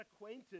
acquainted